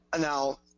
now